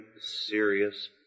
serious